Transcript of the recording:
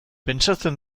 pentsatzen